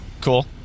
cool